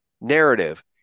narrative